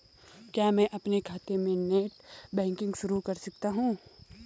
क्या मैं अपने खाते में नेट बैंकिंग शुरू कर सकता हूँ?